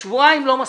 שבועיים לא מספיקים.